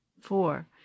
Four